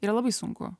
yra labai sunku